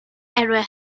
error